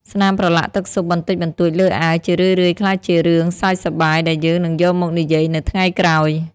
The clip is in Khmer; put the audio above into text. ស្នាមប្រឡាក់ទឹកស៊ុបបន្តិចបន្តួចលើអាវ ជារឿយៗក្លាយជារឿងសើចសប្បាយដែលយើងនឹងយកមកនិយាយនៅថ្ងៃក្រោយ។